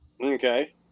Okay